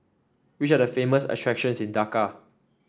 which are the famous attractions in Dhaka